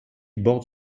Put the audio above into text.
borde